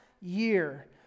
year